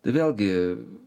tai vėlgi